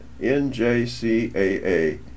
NJCAA